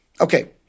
Okay